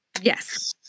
Yes